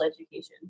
education